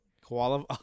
Koala